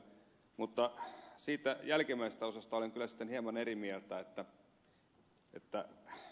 mutta jälkimmäisestä osasta olen kyllä hieman eri mieltä